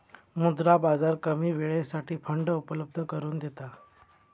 मुद्रा बाजार कमी वेळेसाठी फंड उपलब्ध करून देता